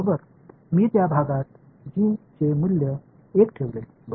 मी त्या भागात जी चे मूल्य 1 ठेवले बरोबर